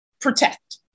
protect